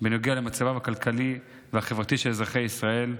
בנוגע למצבם הכלכלי והחברתי של אזרחי ישראל,